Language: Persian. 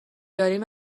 داریم